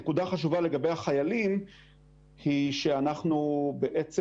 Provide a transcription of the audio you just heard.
נקודה חשובה לגבי החיילים היא שאנחנו בעצם